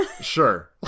Sure